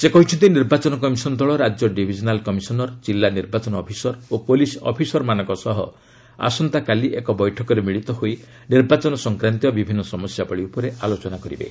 ସେ କହିଛନ୍ତି ନିର୍ବାଚନ କମିଶନ ଦଳ ରାଜ୍ୟ ଡିଭିଜିନାଲ କମିଶନର କିଲ୍ଲା ନିର୍ବାଚନ ଅଫିସର ଓ ପୋଲିସ ଅଫିସରମାନଙ୍କ ସହ ଆସନ୍ତାକାଲି ଏକ ବୈଠକରେ ମିଳିତ ହୋଇ ନିର୍ବାଚନ ସଂକ୍ରାନ୍ତୀୟ ବିଭିନ୍ନ ସମସ୍ୟାବଳୀ ଉପରେ ଆଲୋଚନା କରିବେ